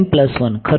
m 1 ખરું